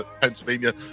Pennsylvania